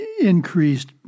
increased